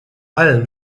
allem